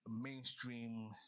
mainstream